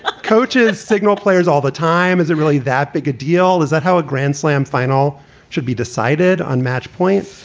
ah coaches signal players all the time. is it really that big a deal? is that how a grand slam final should be decided on match point?